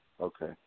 Okay